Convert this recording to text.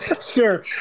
Sure